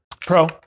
Pro